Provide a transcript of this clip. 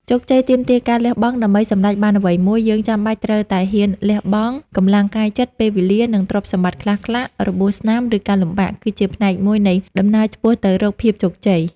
ជោគជ័យទាមទារការលះបង់ ដើម្បីសម្រេចបានអ្វីមួយ យើងចាំបាច់ត្រូវតែ ហ៊ានលះបង់ កម្លាំងកាយចិត្ត ពេលវេលា និងទ្រព្យសម្បត្តិខ្លះៗ របួសស្នាម ឬការលំបាក គឺជាផ្នែកមួយនៃដំណើរឆ្ពោះទៅរកភាពជោគជ័យ។